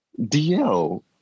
DL